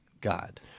God